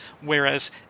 Whereas